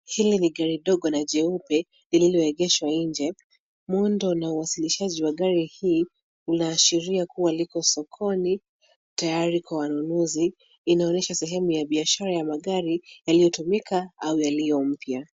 HIli ni gari dogo na jeupe, lililoegeshwa nje. Muundo na uwasilishaji wa gari hii unaashiria kuwa liko sokoni tayari kwa wanunuzi. Inaonyesha sehemu ya biashara ya magari yaliyotumika au yaliyo mpya.